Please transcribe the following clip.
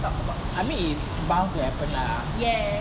I mean is bound to happen lah